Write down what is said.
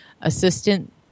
Assistant